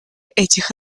этих